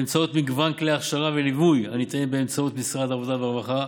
באמצעות מגוון כלי הכשרה וליווי הניתנים באמצעות משרד העבודה והרווחה,